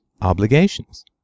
obligations